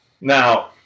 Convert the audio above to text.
Now